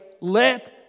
let